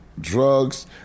drugs